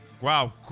Wow